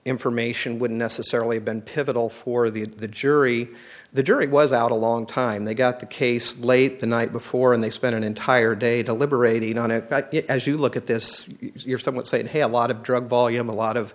information wouldn't necessarily been pivotal for the jury the jury was out a long time they got the case late the night before and they spent an entire day deliberating on it but yet as you look at this you're somewhat saying hey a lot of drug volume a lot of